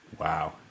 Wow